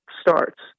starts